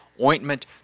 ointment